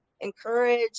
encourage